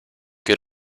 get